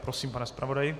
Prosím, pane zpravodaji.